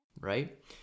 right